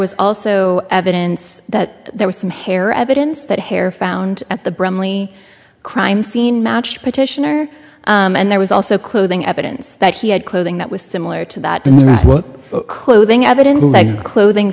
was also evidence that there was some hair evidence that hair found at the bromley crime scene matched petitioner and there was also clothing evidence that he had clothing that was similar to that what clothing evidence like clothing